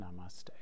namaste